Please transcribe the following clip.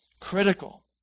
critical